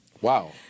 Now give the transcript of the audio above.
Wow